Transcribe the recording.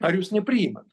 ar jūs nepriimat